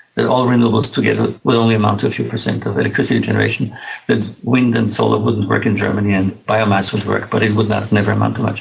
that all renewables together would only amount to a few per cent of electricity generation and wind and solar wouldn't work in germany and biomass would work, but it would never never amount to much.